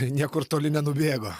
niekur toli nenubėgo